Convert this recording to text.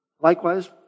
Likewise